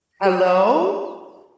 Hello